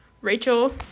Rachel